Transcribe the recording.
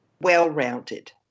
well-rounded